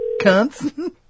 cunts